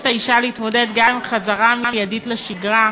האישה להתמודד גם עם חזרה מיידית לשגרה,